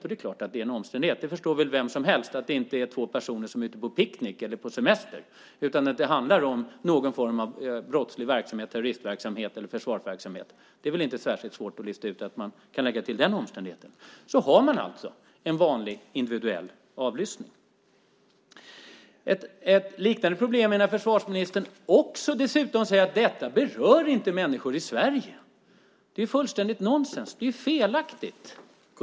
Och det är klart att det är en omständighet. Vem som helst förstår att det inte är två personer som är ute på picknick eller semester utan att det handlar om någon form av brottslig verksamhet, terroristverksamhet eller försvarsverksamhet. Det är inte särskilt svårt att lista ut att man kan lägga till den omständigheten, och då har man en vanlig individuell avlyssning. Ett liknande problem är när försvarsministern dessutom säger att detta inte berör människor i Sverige. Det är fullständigt nonsens och felaktigt.